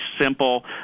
simple